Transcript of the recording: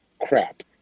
crap